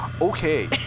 Okay